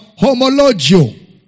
homologio